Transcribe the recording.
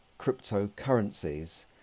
cryptocurrencies